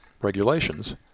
regulations